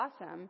awesome